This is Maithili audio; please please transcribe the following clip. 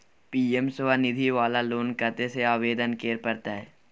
पी.एम स्वनिधि वाला लोन कत्ते से आवेदन करे परतै?